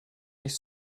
nicht